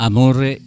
Amore